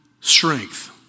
strength